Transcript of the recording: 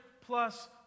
plus